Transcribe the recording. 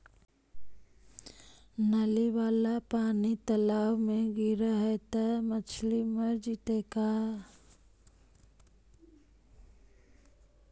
नली वाला पानी तालाव मे गिरे है त मछली मर जितै का?